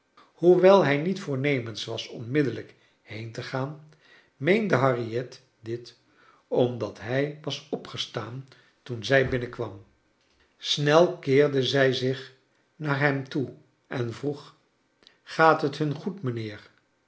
hoewel hij niet voornemens was onmiddellijk heen te gaan meende harriet dit omdat hij was opgestaan toen zij binnenkwam snel keerde zij zich naar hem toe en vroeg gaat het hun goed mijnheer